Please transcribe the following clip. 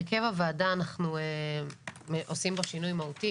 הרכב הוועדה אנחנו עושים בו שינוי מהותי,